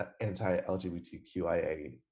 anti-LGBTQIA